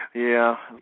yeah.